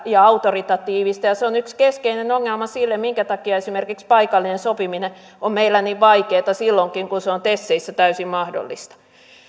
ja autoritatiivista ja se on yksi keskeinen ongelma siinä minkä takia esimerkiksi paikallinen sopiminen on meillä niin vaikeaa silloinkin kun se on teseissä täysin mahdollista